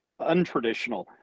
untraditional